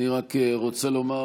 אני רק רוצה לומר,